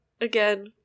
Again